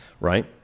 right